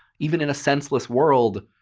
even in a senseless world,